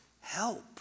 help